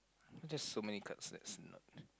just so many class test